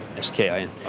SKIN